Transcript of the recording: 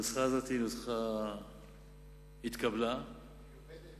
הנוסחה הזאת התקבלה, והיא עובדת?